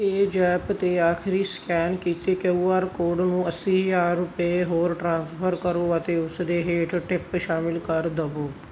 PayZapp 'ਤੇ ਆਖਰੀ scan ਕੀਤੇ ਕੇਯੂ ਆਰ ਕੋਡ ਨੂੰ ਅੱਸੀ ਹਜ਼ਾਰ ਰੁਪਏ ਹੋਰ ਟ੍ਰਾਂਸਫਰ ਕਰੋ ਅਤੇ ਉਸ ਦੇ ਹੇਠ ਟਿਪ ਸ਼ਾਮਿਲ ਕਰ ਦਵੋ